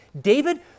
David